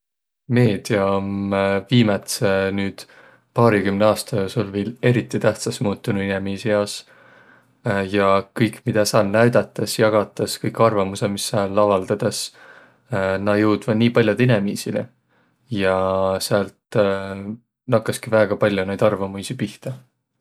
Meedia om viimätse nüüd paarikümne aasta joosul viil eriti tähtsäs muutunuq inemiisi jaos. Ja kõik, midä sääl näüdätäs, jagatas, kõik arvamusõq mis sääl avaldõdas näq jõudvaq nii pall'ode inemiisini. Ja säält nakkaski väega pall'o näid arvamuisi pihta.